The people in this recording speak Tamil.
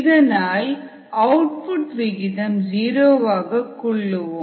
இதனால் அவுட்புட் விகிதம் ஜீரோவாக கொள்ளுவோம்